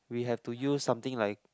we have to use something like